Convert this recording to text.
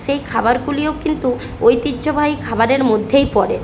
সেই খাবারগুলিও কিন্তু ঐতিহ্যবাহী খাবারের মধ্যেই পড়ে